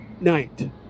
night